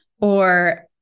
or-